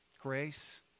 Grace